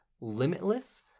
limitless